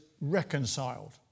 reconciled